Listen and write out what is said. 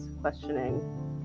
questioning